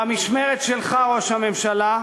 במשמרת שלך, ראש הממשלה,